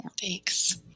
Thanks